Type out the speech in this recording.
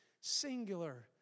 singular